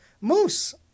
Moose